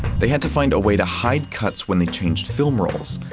they had to find a way to hide cuts when they changed film rolls.